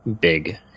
big